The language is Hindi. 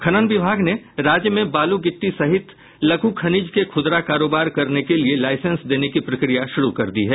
खनन विभाग ने राज्य में बालू गिट्टी सहित लघू खनिज के खुदरा कारोबार करने के लिये लाइसेंस देने की प्रक्रिया शुरू कर दी है